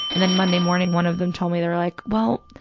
and then monday morning one of them told me, they were like, well,